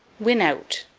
win out.